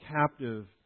captive